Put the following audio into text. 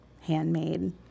handmade